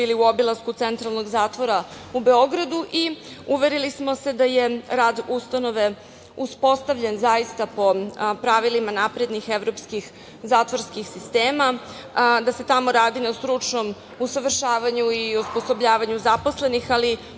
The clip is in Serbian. bili u obilasku Centralnog zatvora u Beogradu i uverili smo se da je rad Ustanove uspostavljen, zaista po pravilima naprednih evropskih zatvorskih sistema, da se tamo radi na stručnom usavršavanju i osposobljavanju zaposlenih.